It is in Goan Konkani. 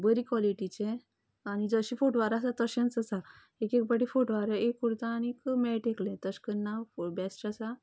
बरी काॅलिटिचें आनी जशें फोटवार आसा तशेंच आसा एक एक पावटी फोटवार एक उरता आनी मेळटा एकलें तशें करूंक ना हो बेश्ट आसा